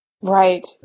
Right